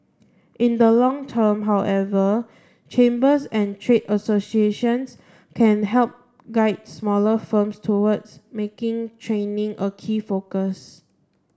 in the long term however chambers and trade associations can help guide smaller firms towards making training a key focus